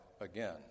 again